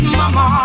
mama